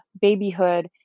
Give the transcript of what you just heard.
babyhood